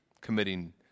committing